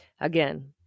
Again